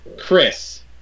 Chris